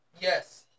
Yes